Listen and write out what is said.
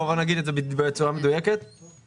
בכל זאת מה שחשוב לי זה שמכיוון שאנחנו לא עוסקים רק בסעיפים אלא